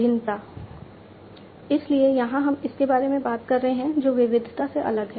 भिन्नता इसलिए यहां हम इसके बारे में बात कर रहे हैं जो विविधता से अलग है